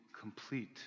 complete